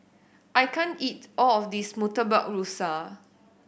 I can't eat all of this Murtabak Rusa